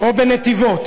או בנתיבות.